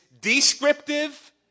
descriptive